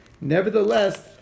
Nevertheless